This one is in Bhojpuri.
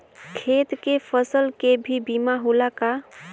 खेत के फसल के भी बीमा होला का?